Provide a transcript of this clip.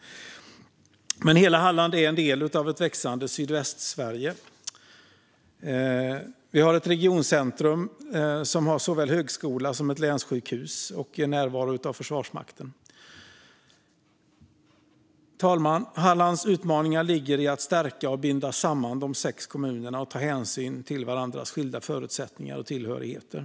Men hela Halland är en del av ett växande Sydvästsverige. Vi har ett regioncentrum som har såväl högskola som ett länssjukhus och en närvaro av Försvarsmakten. Fru talman! Hallands utmaningar ligger i att stärka och binda samman de sex kommunerna och att ta hänsyn till varandras skilda förutsättningar och tillhörigheter.